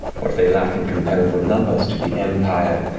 what they lack in comparable numbers to the empire,